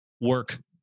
work